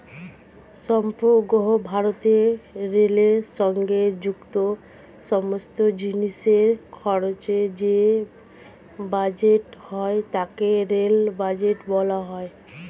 সমগ্র ভারতে রেলের সঙ্গে যুক্ত সমস্ত জিনিসের খরচের যে বাজেট হয় তাকে রেল বাজেট বলা হয়